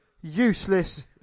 useless